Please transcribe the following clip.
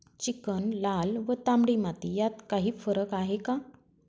Chicken, लाल व तांबडी माती यात काही फरक आहे का?